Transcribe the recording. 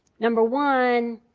number one,